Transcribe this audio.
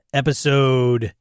episode